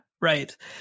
right